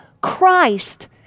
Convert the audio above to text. Christ